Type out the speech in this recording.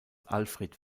alfred